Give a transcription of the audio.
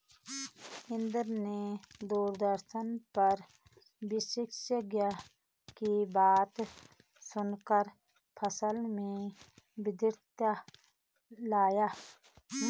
इंद्र ने दूरदर्शन पर विशेषज्ञों की बातें सुनकर फसल में विविधता लाया